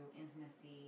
intimacy